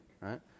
right